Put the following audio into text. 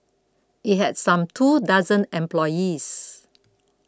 it had some two dozen employees